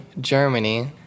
Germany